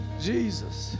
Jesus